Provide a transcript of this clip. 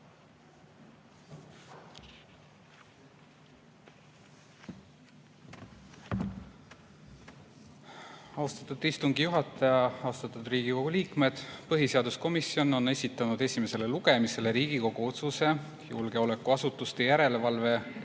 Austatud istungi juhataja! Austatud Riigikogu liikmed! Põhiseaduskomisjon on esitanud esimesele lugemisele Riigikogu otsuse "Julgeolekuasutuste järelevalve